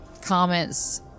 comments